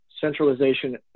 centralization